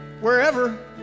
wherever